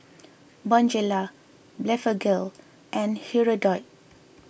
Bonjela Blephagel and Hirudoid